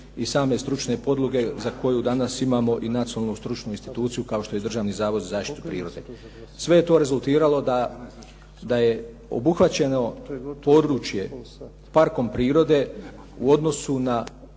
i same stručne podloge za koju danas imamo i nacionalnu stručnu instituciju kao što je Državni zavod za zaštitu prirode. Sve je to rezultiralo da je obuhvaćeno područje Parkom prirode u odnosu na